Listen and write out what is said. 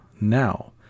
now